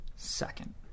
Second